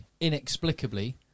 inexplicably